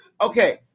okay